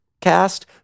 cast